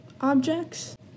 objects